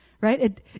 right